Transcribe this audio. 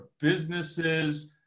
businesses